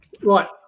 Right